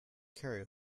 carry